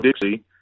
Dixie